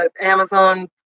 Amazon